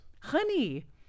Honey